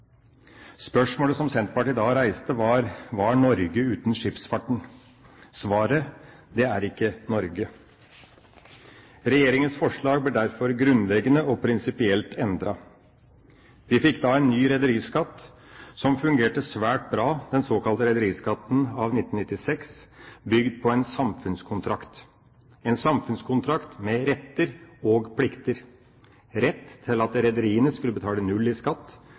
Spørsmålet som Senterpartiet da reiste, var: Hva er Norge uten skipsfarten? Svaret er: Det er ikke Norge. Regjeringas forslag ble derfor grunnleggende og prinsipielt endret. Vi fikk da en ny rederiskatt som fungerte svært bra, den såkalte rederiskatten av 1996, bygd på en samfunnskontrakt – en samfunnskontrakt med retter og plikter: rett til at rederiene skulle betale null i skatt